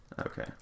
Okay